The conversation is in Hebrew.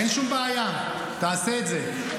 אין שום בעיה, תעשה את זה.